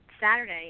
saturday